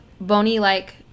bony-like